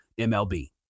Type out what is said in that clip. mlb